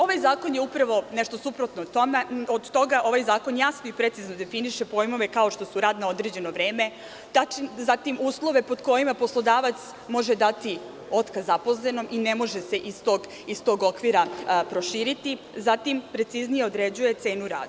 Ovaj zakon je upravo nešto suprotno tome i ovaj zakon jasno i precizno definiše pojmove kao što su rad na određeno vreme, zatim uslove pod kojima poslodavac može dati otkaz zaposlenom i ne može se iz tog okvira proširiti, zatim preciznije određuje cenu rada.